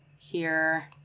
here,